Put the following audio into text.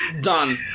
done